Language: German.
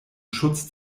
schutz